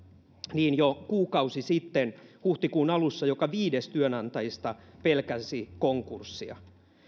niin jo kuukausi sitten huhtikuun alussa joka viides työnantajista pelkäsi konkurssia